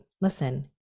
listen